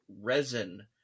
resin